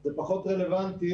זה פחות רלוונטי,